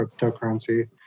cryptocurrency